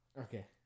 Okay